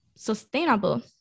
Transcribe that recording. sustainable